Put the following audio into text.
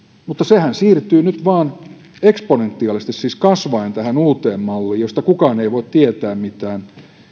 mutta sehän siirtyy nyt vain eksponentiaalisesti siis kasvaen tähän uuteen malliin josta kukaan ei voi tietää mitään